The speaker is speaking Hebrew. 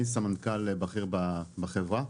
אני סמנכ"ל בכיר בחברה.